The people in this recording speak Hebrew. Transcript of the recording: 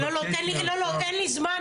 לא, אין לי זמן.